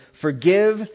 Forgive